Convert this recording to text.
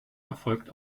erfolgt